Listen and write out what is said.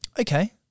okay